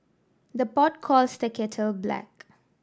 the pot calls the kettle black